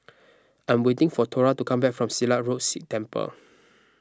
I'm waiting for Thora to come back from Silat Road Sikh Temple